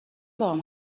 باهام